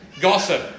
Gossip